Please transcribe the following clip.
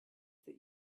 that